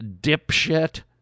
dipshit